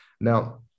Now